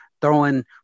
Throwing